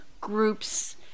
groups